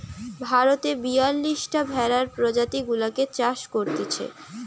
ভারতে বিয়াল্লিশটা ভেড়ার প্রজাতি গুলাকে চাষ করতিছে